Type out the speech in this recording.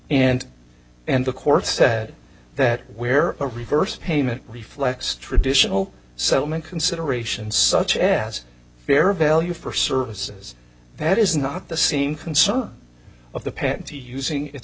and and the court said that where a reverse payment reflects traditional settlement considerations such as fair value for services that is not the same concern of the pantie using it